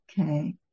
Okay